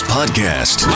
Podcast